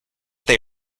they